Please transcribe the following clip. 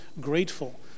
grateful